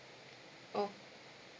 oh